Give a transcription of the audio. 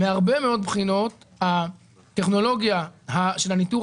מהרבה מאוד בחינות הטכנולוגיה של הניטור